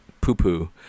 poo-poo